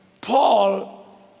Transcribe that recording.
Paul